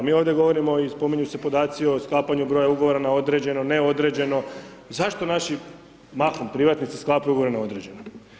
Mi ovdje govorimo i spominju se podaci o sklapanju broja ugovor na određeno, neodređeno, zašto naši mahom privatnici sklapaju ugovore na određeno?